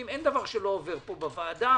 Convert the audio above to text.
אין דבר שלא עובר פה בוועדה,